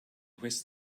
whisked